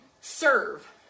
serve